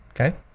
Okay